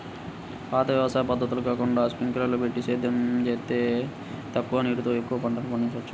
పాత వ్యవసాయ పద్ధతులు కాకుండా స్పింకర్లని బెట్టి సేద్యం జేత్తే తక్కువ నీరుతో ఎక్కువ పంటని పండిచ్చొచ్చు